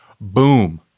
boom